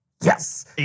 Yes